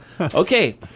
Okay